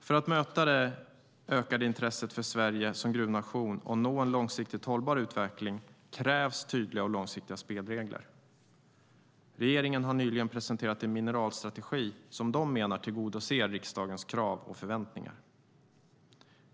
För att möta det ökade intresset för Sverige som gruvnation och nå en långsiktigt hållbar utveckling krävs tydliga och långsiktiga spelregler. Regeringen har nyligen presenterat en mineralstrategi som man menar tillgodoser riksdagens krav och förväntningar.